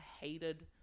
hated